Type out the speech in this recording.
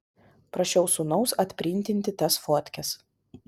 prašiau sūnaus atprintinti tas fotkes